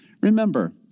Remember